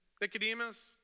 Nicodemus